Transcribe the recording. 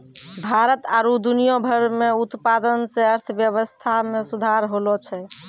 भारत आरु दुनिया भर मे उत्पादन से अर्थव्यबस्था मे सुधार होलो छै